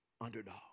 underdog